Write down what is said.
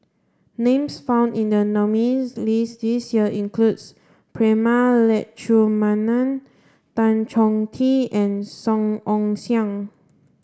names found in the nominees' list this year includes Prema Letchumanan Tan Choh Tee and Song Ong Siang